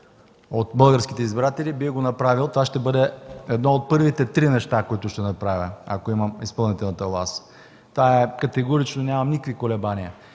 от българските избиратели, бих го направил. Това ще бъде едно от първите три неща, които ще направя, ако имам изпълнителната власт. Това е категорично! Нямам никакви колебания,